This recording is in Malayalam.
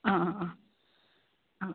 ആ ആ ആ ആ